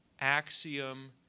Axiom